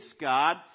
God